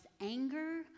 anger